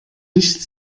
nicht